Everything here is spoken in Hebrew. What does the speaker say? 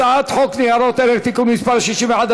הצעת חוק ניירות ערך (תיקון מס' 61),